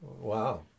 Wow